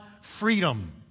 freedom